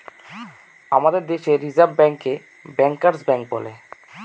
আমাদের দেশে রিসার্ভ ব্যাঙ্কে ব্যাঙ্কার্স ব্যাঙ্ক বলে